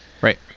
Right